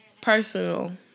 personal